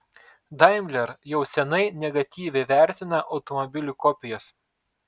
daimler jau senai negatyviai vertina automobilių kopijas